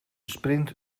sprint